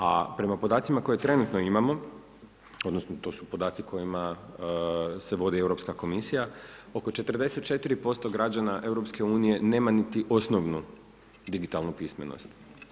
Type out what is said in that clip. A prema podacima koje trenutno imamo, odnosno, to su podaci, kojima se vode Europska komisija, oko 44% građana EU, nema niti osnovnu digitalnu pismenost.